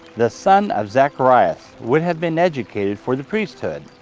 the son of zacharias would have been educated for the priesthood.